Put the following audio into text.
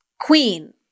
queen